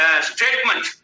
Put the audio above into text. statement